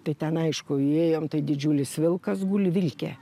tai ten aišku įėjom tai didžiulis vilkas guli vilkė